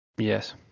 Yes